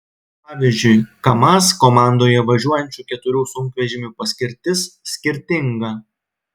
pavyzdžiui kamaz komandoje važiuojančių keturių sunkvežimių paskirtis skirtinga